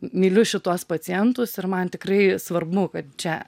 myliu šituos pacientus ir man tikrai svarbu kad čia